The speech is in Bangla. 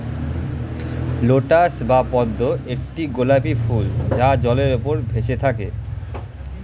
লোটাস বা পদ্ম একটি গোলাপী ফুল যা জলের উপর ভেসে থাকে